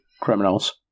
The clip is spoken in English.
Criminals